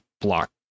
block